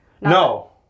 No